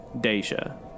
Deja